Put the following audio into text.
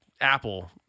Apple